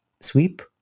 sweep